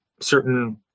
certain